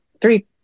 three